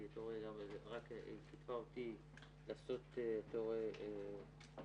זה בוודאי הרבה יותר מתקדם מאשר שנים קודמות,